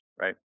right